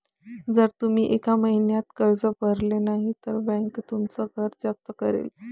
जर तुम्ही एका महिन्यात कर्ज भरले नाही तर बँक तुमचं घर जप्त करेल